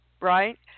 Right